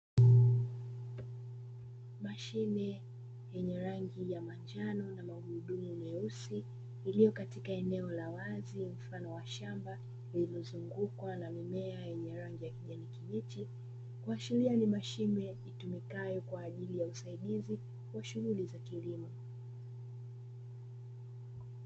Mashine yenye rangi ya manjano na magurudumu meusi, iliyo katika eneo la wazi mfano wa shamba lililozungukwa na mimea yenye rangi ya kijani kibichi, kuashiria ni mashine itumikayo kwa ajili ya usaidizi wa shuhuli za kilimo.